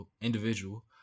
individual